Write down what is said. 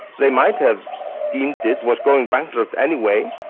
they might have deemed it was going bankrupt anyway,